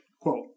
quote